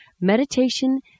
Meditation